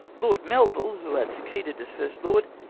lord melville, who had succeeded as first lord,